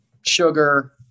sugar